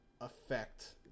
affect